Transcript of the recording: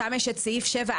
שם יש את סעיף 7א,